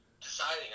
deciding